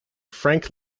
frank